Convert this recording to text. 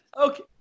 Okay